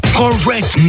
correct